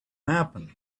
happen